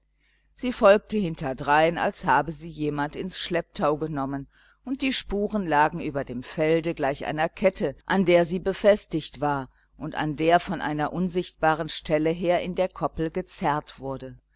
sie folgte hinterdrein als habe sie jemand ins schlepptau genommen und die spuren lagen über dem felde gleich einer kette an der sie befestigt war und an der von einer unsichtbaren stelle her in der koppel gezerrt wurde